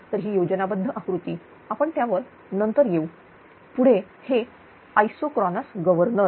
तर ही योजनाबद्ध आकृतीआपण त्यावर नंतर येऊ पुढे हे आइसोक्रोनस गवर्नर